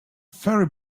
ferry